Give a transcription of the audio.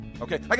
Okay